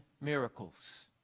miracles